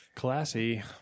Classy